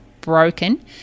broken